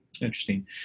Interesting